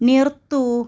നിർത്തൂ